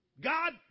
God